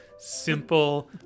simple